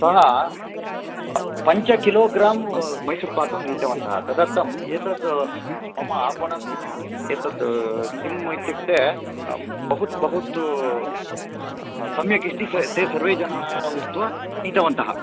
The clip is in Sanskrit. सः पञ्चकिलोग्रां मैसूर्पाकं नीतवन्तः तदर्थं एतद् मम आपणम् एतद् किम् इत्युक्ते बहु बहु तु सम्यक् इष्टं ते सर्वे जनाः उक्त्वा नीतवन्तः